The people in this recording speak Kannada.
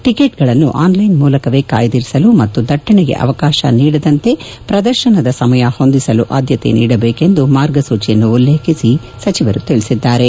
ಟಿಕೆಟ್ಗಳನ್ನು ಅನ್ಲೈನ್ ಮೂಲಕವೇ ಕಾಯ್ದಿರಿಸಲು ಮತ್ತು ದಟ್ಟಣೆಗೆ ಅವಕಾಶ ನೀಡದಂತೆ ಪ್ರದರ್ಶನದ ಸಮಯ ಹೊಂದಿಸಲು ಆದ್ಯತೆ ನೀಡಬೇಕು ಎಂದು ಮಾರ್ಗಸೂಚಿಯನ್ನು ಉಲ್ಲೇಖಿಸಿ ಸಚಿವ ಪ್ರಕಾಶ್ ಜಾವಡೇಕರ್ ತಿಳಿಸಿದ್ದಾರೆ